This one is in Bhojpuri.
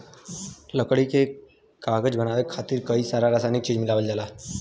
लकड़ी से कागज बनाये खातिर कई सारा रासायनिक चीज मिलावल जाला